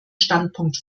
standpunkt